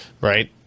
right